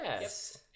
Yes